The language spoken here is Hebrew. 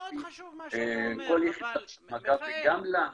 כל היחידות של מג"ב וגם לנו,